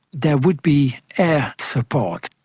there would be air support,